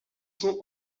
sont